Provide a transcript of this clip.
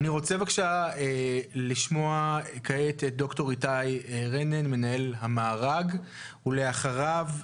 ד"ר איתי רנן, מנהל המארג, בבקשה.